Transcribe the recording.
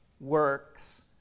works